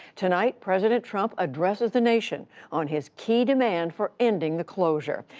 tonight, president trump addresses the nation on his key demand for ending the closure.